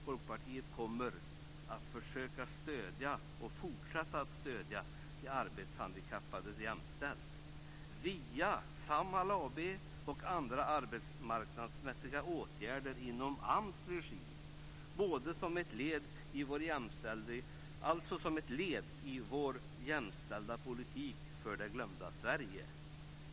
Folkpartiet kommer att fortsätta att stödja de arbetshandikappade jämställt via Samhall AMS regi. Det är ett led i vår jämställda politik för Det glömda Sverige.